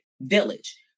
village